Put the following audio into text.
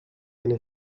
any